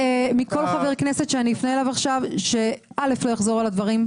אני מבקשת מכל חבר כנסת שאני אפנה אליו עכשיו ש-א' לא יחזור על הדברים,